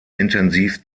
intensiv